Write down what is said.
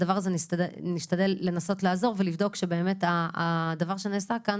בדבר הזה אנחנו נשתדל לנסות לעזור ולבדוק שבאמת הדבר שנעשה כאן